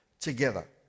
Together